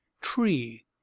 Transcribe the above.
tree